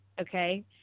okay